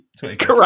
Correct